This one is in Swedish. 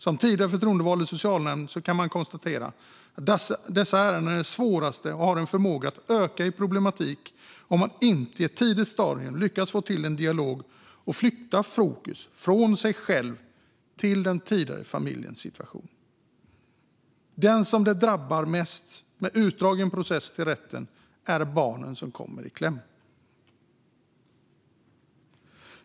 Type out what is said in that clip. Som tidigare förtroendevald i socialnämnd kan jag konstatera att dessa ärenden är de svåraste och att de har en tendens att öka i problematik om man inte på ett tidigt stadium lyckas få till en dialog och flytta fokus från sig själv till den tidigare familjens situation. Den som drabbas mest av en utdragen process till rätten är barnet som kommer i kläm.